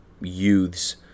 youths